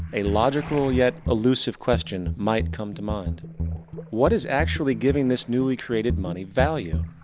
a logical yet illusive question might come to mind what is actually giving this newly created money value?